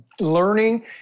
learning